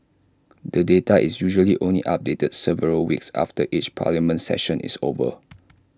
the data is usually only updated several weeks after each parliament session is over